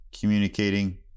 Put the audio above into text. communicating